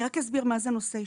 אני רק אסביר מה זה נושא אישי.